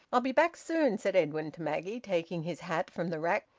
i'll be back soon, said edwin to maggie, taking his hat from the rack.